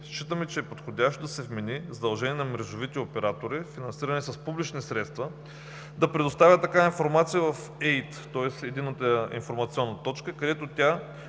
Считаме, че е подходящо да се вмени задължение на мрежовите оператори, финансирани с публични средства, да предоставят такава информация в ЕИТ, тоест в Единната информационна точка, където тя